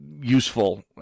useful